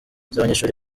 z’abanyeshuri